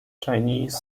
chinese